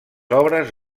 obres